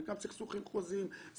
חלקם סכסוכים חוזיים,